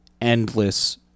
endless